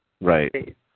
Right